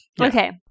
Okay